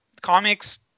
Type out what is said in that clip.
comics